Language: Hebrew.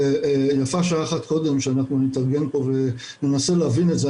ויפה שעה אחת קודם שאנחנו נתארגן פה וננסה להבין את זה.